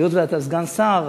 היות שאתה סגן שר,